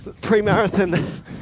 pre-marathon